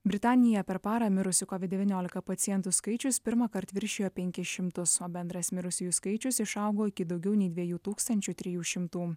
britanija per parą mirusių covid devyniolika pacientų skaičius pirmąkart viršijo penkis šimtus o bendras mirusiųjų skaičius išaugo iki daugiau nei dviejų tūkstančių trijų šimtų